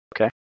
Okay